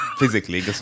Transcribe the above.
physically